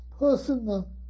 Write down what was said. personal